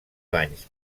banys